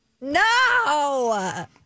No